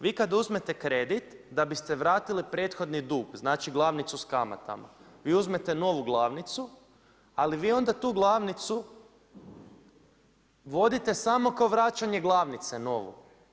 Vi kad uzmete kredit da biste vratili prethodni dug, znači glavnicu sa kamata vi uzmete novu glavnicu, ali vi onda tu glavnicu vodite samo kao vraćanje glavnice novu.